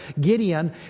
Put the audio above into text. Gideon